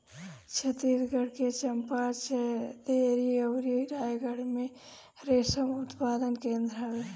छतीसगढ़ के चंपा, चंदेरी अउरी रायगढ़ में रेशम उत्पादन केंद्र हवे